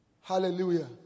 Hallelujah